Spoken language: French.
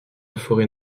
forêt